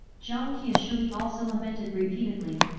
jiang qiushui also lamented repeatedly,